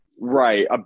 right